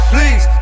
Please